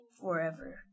forever